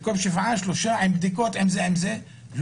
במקום שבעה ימים לשלושה ימים עם בדיקות לא,